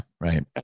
Right